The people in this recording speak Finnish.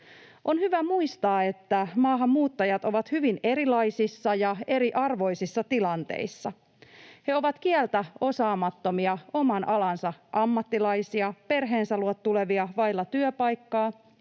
On hyvä muistaa, että maahanmuuttajat ovat hyvin erilaisissa ja eriarvoisissa tilanteissa. He ovat kieltä osaamattomia oman alansa ammattilaisia, perheensä luo tulevia vailla työpaikkaa,